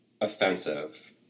offensive